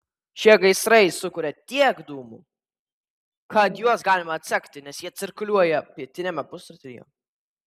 šie gaisrai sukuria tiek dūmų kad juos galima atsekti nes jie cirkuliuoja pietiniame pusrutulyje